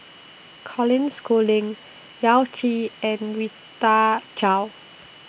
Colin Schooling Yao Zi and Rita Chao